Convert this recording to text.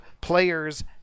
players